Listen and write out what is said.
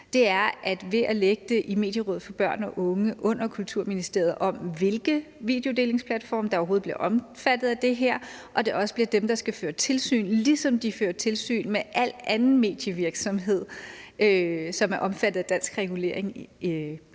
hvordan vi ved at lægge det i Medierådet for Børn og Unge under Kulturministeriet – det bliver dem, der skal se på, hvilke videodelingsplatforme der overhovedet bliver omfattet af det her, og det også bliver dem, der skal føre tilsyn, ligesom de fører tilsyn med al anden medievirksomhed, som er omfattet af dansk regulering